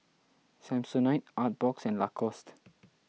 Samsonite Artbox and Lacoste